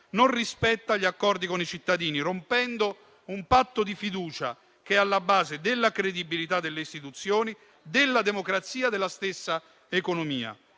non rispetta gli accordi con i cittadini, rompendo un patto di fiducia che è alla base della credibilità delle istituzioni, della democrazia e della stessa economia.